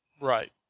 Right